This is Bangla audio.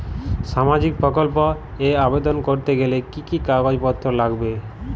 সামাজিক প্রকল্প এ আবেদন করতে গেলে কি কাগজ পত্র লাগবে?